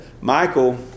Michael